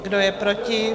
Kdo je proti?